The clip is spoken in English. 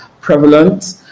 prevalent